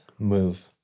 move